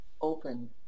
open